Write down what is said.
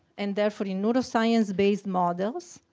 and therefore, in neuroscience-based models,